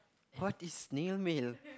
what is snail mail